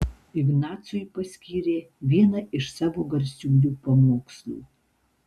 ignacui paskyrė vieną iš savo garsiųjų pamokslų